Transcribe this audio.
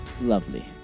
Lovely